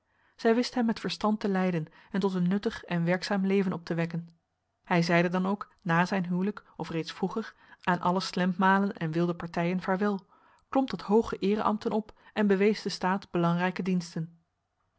zij wist hem met verstand te leiden en tot een nuttig en werkzaam leven op te wekken hij zeide dan ook na zijn huwelijk of reeds vroeger aan alle slempmalen en wilde partijen vaarwel klom tot hooge eereambten op en bewees den staat belangrijke diensten